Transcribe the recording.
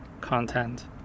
content